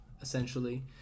essentially